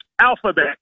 alphabet